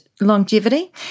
longevity